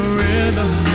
rhythm